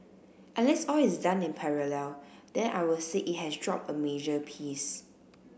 unless all is done in parallel then I will say it has dropped a major piece